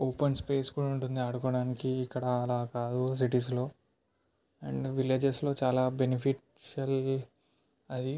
open space కూడా ఉంటుంది ఆడుకోవడానికి ఇక్కడ ఆలా కాదు సిటీస్లో అండ్ విలేజెస్లో చాలా బెనిఫిట్స్ అనేవి ఉంటాయి